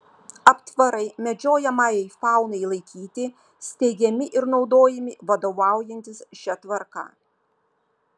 aptvarai medžiojamajai faunai laikyti steigiami ir naudojami vadovaujantis šia tvarka